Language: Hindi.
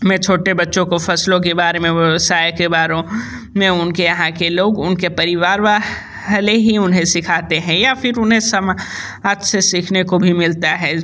में छोटे बच्चों को फ़सलों के बारे में व्यवसाय के बारे में उनके यहाँ के लोग उनके परिवार वा ले ही उन्हें सिखाते हैं या फिर उन्हें समाज से सीखने को भी मिलता है